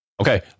Okay